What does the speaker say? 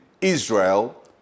Israel